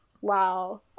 wow